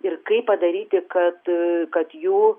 ir kaip padaryti kad kad jų